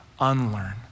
unlearn